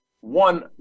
One